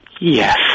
Yes